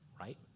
right